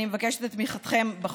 אני מבקשת את תמיכתכם בחוק.